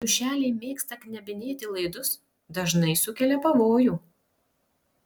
triušeliai mėgsta knebinėti laidus dažnai sukelia pavojų